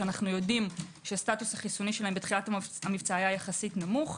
שאנחנו יודעים שהסטטוס החיסוני שלהם בתחילת המבצע היה יחסית נמוך.